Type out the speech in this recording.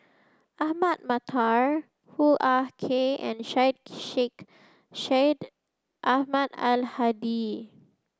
Ahmad Mattar Hoo Ah Kay and Syed Sheikh Syed Ahmad Al Hadi